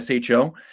SHO